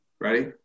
Ready